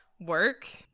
work